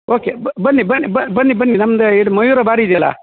okay ಬನ್ನಿ ಬನ್ನಿ ಬನ್ನಿ ಬನ್ನಿ ನಮ್ದು ಇದು ಮಯೂರ ಬಾರ್ ಇದೆಯಲ್ಲ